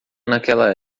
naquela